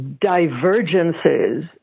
divergences